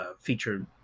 featured